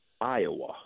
Iowa